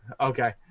okay